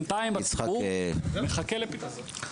נחכה לפתרון.